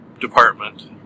department